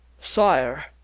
Sire